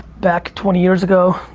back twenty years ago,